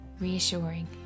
reassuring